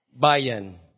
bayan